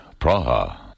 Praha